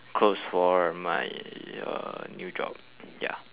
clothes for my uh new job